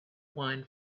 wine